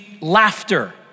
laughter